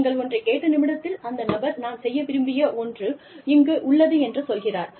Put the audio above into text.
நீங்கள் ஒன்றைக் கேட்ட நிமிடத்தில் அந்த நபர் நான் செய்ய விரும்பிய ஒன்று இங்கு உள்ளது என்று சொல்கிறார்